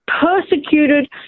persecuted